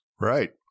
Right